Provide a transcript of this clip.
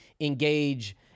engage